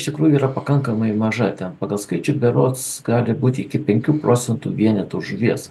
iš tikrųjų yra pakankamai maža ten pagal skaičių berods gali būti iki penkių procentų vienetų žuvies